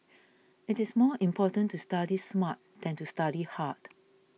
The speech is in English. it is more important to study smart than to study hard